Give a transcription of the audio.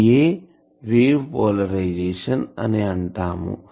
ఇదియే wave polarisation అని అంటాము